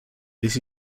this